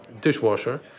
dishwasher